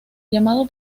llamado